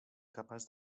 capaç